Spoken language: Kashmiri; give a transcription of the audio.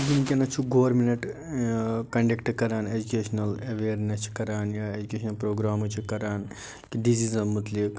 وٕنکیٚنس چھُ گورمِنَٹ ٲں کنڈکٹہٕ کَران اٮ۪جٕکیشنل ایٚویرنیٚس چھِ کَران یا اٮ۪جٕکیشَن پرٛوگرامٕز چھِ کَران کہِ ڈِزیٖزن مُتعلق